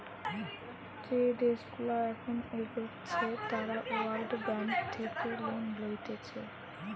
যে দেশগুলা এখন এগোচ্ছে তারা ওয়ার্ল্ড ব্যাঙ্ক থেকে লোন লইতেছে